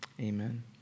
amen